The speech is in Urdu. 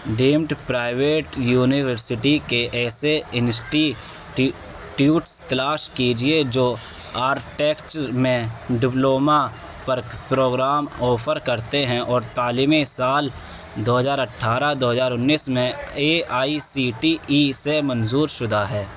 ڈیمڈ پرائیویٹ یونیورسٹی کے ایسے انسٹی ٹیوٹس تلاش کیجیے جو آرٹیکچر میں ڈبلومہ پروگرام آفر کرتے ہیں اور تعلیمی سال دو ہزار اٹھارہ دو ہزار انیس میں A I C T E سے منظور شدہ ہیں